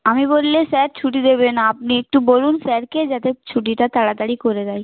আমি বললে স্যার ছুটি দেবে না আপনি একটু বলুন স্যারকে যাতে ছুটিটা তাড়াতাড়ি করে দেয়